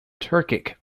turkic